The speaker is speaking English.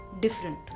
different